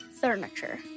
Furniture